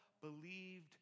believed